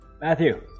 Matthew